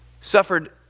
suffered